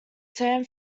san